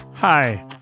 Hi